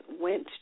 went